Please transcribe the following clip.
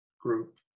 group